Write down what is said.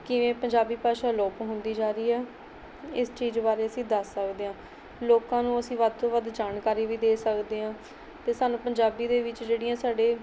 ਕਿਵੇਂ ਪੰਜਾਬੀ ਭਾਸ਼ਾ ਅਲੋਪ ਹੁੰਦੀ ਜਾ ਰਹੀ ਆ ਇਸ ਚੀਜ਼ ਬਾਰੇ ਅਸੀਂ ਦੱਸ ਸਕਦੇ ਹਾਂ ਲੋਕਾਂ ਨੂੰ ਅਸੀਂ ਵੱਧ ਤੋਂ ਵੱਧ ਜਾਣਕਾਰੀ ਵੀ ਦੇ ਸਕਦੇ ਹਾਂ ਅਤੇ ਸਾਨੂੰ ਪੰਜਾਬੀ ਦੇ ਵਿੱਚ ਜਿਹੜੀਆਂ ਸਾਡੇ